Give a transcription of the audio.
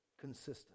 consistent